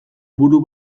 buru